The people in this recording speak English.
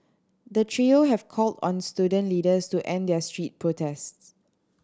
the trio have called on student leaders to end their street protests